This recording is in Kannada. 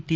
ಟಿ